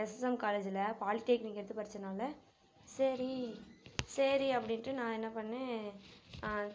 SSM காலேஜில் polytechnic எடுத்து படிச்சதனால சரி சரி அப்படின்ட்டு நான் என்ன பண்ணேன்